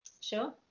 Sure